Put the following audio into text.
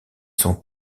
sont